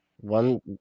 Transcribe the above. One